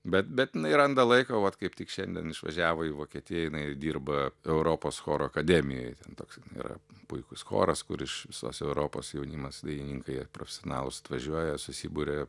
bet bet jinai randa laiko vat kaip tik šiandien išvažiavo į vokietiją jinai dirba europos choro akademijoj ten toks yra puikus choras kur iš visos europos jaunimas dainininkai jie profesionalūs atvažiuoja susiburia